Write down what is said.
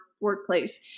workplace